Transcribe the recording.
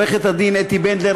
לעורכת-הדין אתי בנדלר,